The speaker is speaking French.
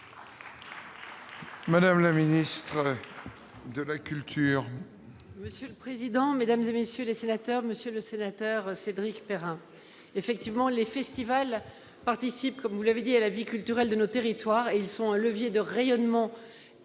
Mme la ministre de la culture.